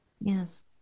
Yes